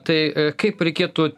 tai kaip reikėtų